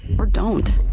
for don't.